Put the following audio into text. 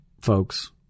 folks